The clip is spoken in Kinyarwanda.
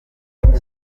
gihugu